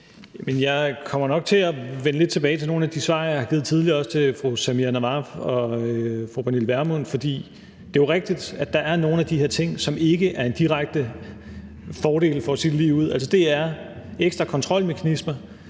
Jeg kommer nok til at vende lidt tilbage til nogle af de svar, jeg har givet tidligere også til fru Samira Nawa og fru Pernille Vermund, for det er jo rigtigt, at der er nogle af de her ting, som ikke er en direkte fordel for at sige det ligeud. Det er ekstra kontrolmekanismer.